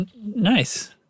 Nice